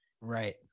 Right